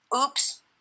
Oops